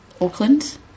Auckland